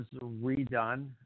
redone